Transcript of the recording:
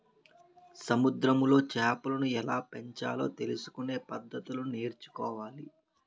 సముద్రములో చేపలను ఎలాపెంచాలో తెలుసుకొనే పద్దతులను నేర్చుకోవాలి